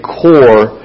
core